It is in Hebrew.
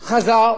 חזר,